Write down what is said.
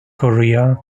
korea